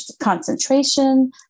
concentration